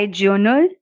journal